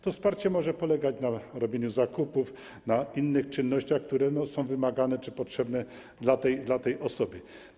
To wsparcie może polegać na robieniu zakupów, na innych czynnościach, które są wymagane czy potrzebne dla tej osoby.